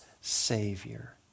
savior